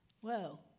Whoa